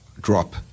drop